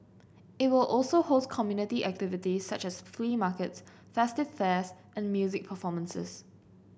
it will also host community activities such as flea markets festive fairs and music performances